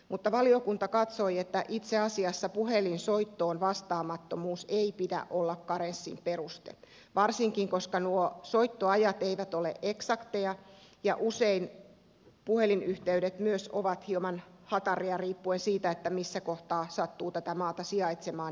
mutta valiokunta katsoi että itse asiassa puhelinsoittoon vastaamattomuuden ei pidä olla karenssin peruste varsinkin koska nuo soittoajat eivät ole eksakteja ja usein myös puhelinyhteydet ovat hieman hataria riippuen siitä missä kohtaa tätä maata sattuu sijaitsemaan ja miten verkkoyhteydet toimivat